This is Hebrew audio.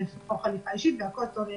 לתפור חליפה אישית והכול טוב ויפה.